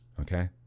Okay